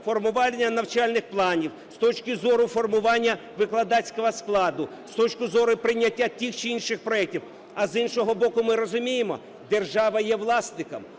формування навчальних планів, з точки зору формування викладацького складу, з точки зору прийняття тих чи інших проектів. А, з іншого боку, ми розуміємо: держава є власником.